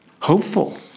hopeful